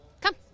come